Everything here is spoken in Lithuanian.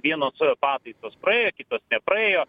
vienos pataisos praėjo kitos nepraėjo